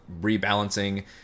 rebalancing